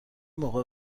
موقع